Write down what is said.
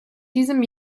diesem